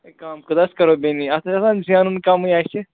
ہے کَم کوٗتاہ حظ کَرو بیٚنی اَتھ حظ چھُ آسان زینُن کَمٕے آسہِ